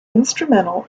instrumental